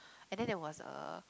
and then there was uh